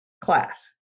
class